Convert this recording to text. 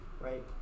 Right